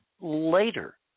later